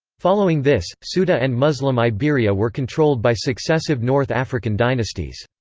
following this, ceuta and muslim iberia were controlled by successive north african dynasties.